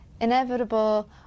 inevitable